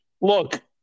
look